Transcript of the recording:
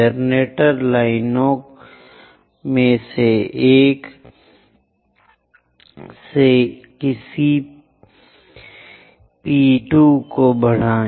generator लाइनों में से एक से इस पी 2 को बढ़ाएं